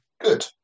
Good